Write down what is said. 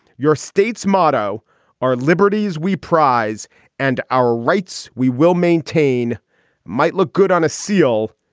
your state's motto are liberties we prize and our rights we will maintain might look good on a seal.